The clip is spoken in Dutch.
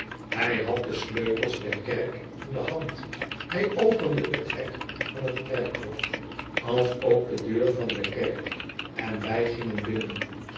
hij had de sleutels der kerk in de hand hij opende t hek van t kerkhof alsook de deur van de kerk en wij gingen binnen